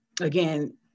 again